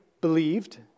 believed